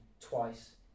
twice